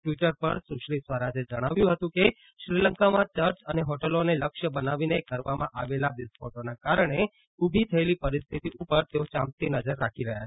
Twitter પર સુશ્રી સ્વરાજે જણાવ્યું હતું કે શ્રીલંકામાં ચર્ચ અને હોટેલોને લક્ષ્ય બનાવીને કરવામાં આવેલા વિસ્ફોટોના કારણે ઉભી થયેલા પરિસ્થિતિ ઉપર તેઓ ચાંપતી નજર રાખી રહ્યા છે